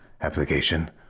application